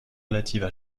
relatives